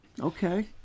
Okay